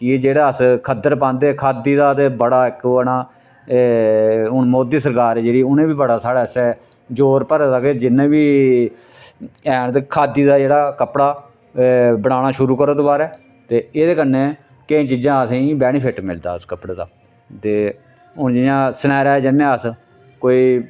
कीजे जेह्ड़ा अस खद्धड़ पांदे हे खाद्धी दा ते बड़ा इक ओह् ना हून मोदी सरकार जेह्ड़ी उ'नें बी बड़ा साढ़े आस्तै जोर भरे दा के जिन्ने बी हैन ते खाद्धी दा जेह्ड़ा कपड़ा बनाना शुरू करो दबारा ते एह्दे कन्नै केईं चीजां असेंगी बैनीफिट मिलदा उस कपड़े दा ते हून जियां सनेयारे जन्ने अस कोई